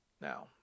now